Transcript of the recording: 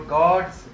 god's